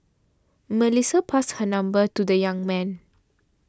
Melissa passed her number to the young man